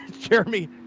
jeremy